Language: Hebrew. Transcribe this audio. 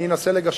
אני אנסה לגשר.